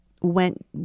went